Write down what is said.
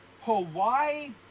Hawaii